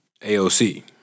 AOC